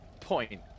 point